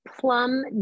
plum